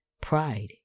pride